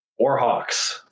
Warhawks